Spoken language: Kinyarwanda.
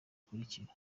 bakurikira